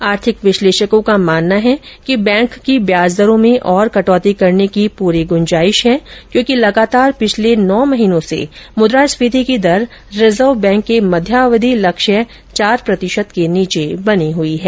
आर्थिक विश्लेषकों का मानना है कि बैंक की ब्याज दरो में और कटौती करने को पूरी गुंजाइश है क्योंकि लगातार पिछले नौ महीनों से मुद्रास्फीति की दर रिजर्व बैंक के मध्यावधि लक्ष्य चार प्रतिशत के नीचे बनी हुई है